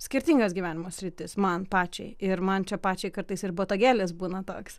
skirtingas gyvenimo sritis man pačiai ir man čia pačiai kartais ir botagėlis būna toks